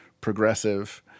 progressive